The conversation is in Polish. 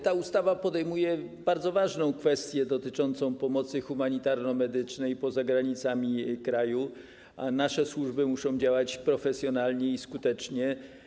Ta ustawa podejmuje bardzo ważną kwestię dotyczącą pomocy humanitarno-medycznej poza granicami kraju, gdzie nasze służby muszą działać profesjonalnie i skutecznie.